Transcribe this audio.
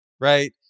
Right